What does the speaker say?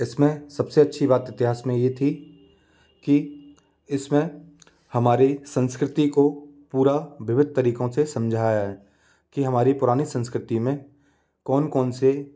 इसमें सबसे अच्छी बात इतिहास में यह थी की इसमें हमारी संस्कृति को पूरा विविध तरीकों से समझाया है कि हमारी पुरानी संस्कृति में कौन कौन से